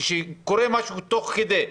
כשקורה משהו תוך כדי.